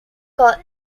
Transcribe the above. called